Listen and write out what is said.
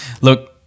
Look